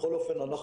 בכל אופן,